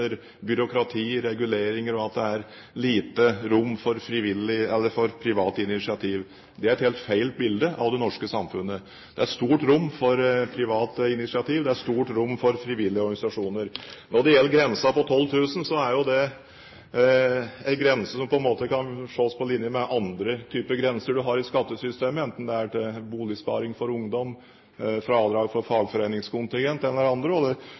byråkrati, reguleringer og lite rom for privat initiativ. Det er et helt feil bilde av det norske samfunnet. Det er stort rom for privat initiativ, det er stort rom for frivillige organisasjoner. Når det gjelder grensen på 12 000 kr, er det en grense som kan ses på på linje med andre typer grenser man har i skattesystemet, enten det gjelder Boligsparing for ungdom, fradrag for fagforeningskontingent eller annet. Et eller